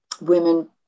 Women